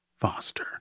Foster